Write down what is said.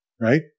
right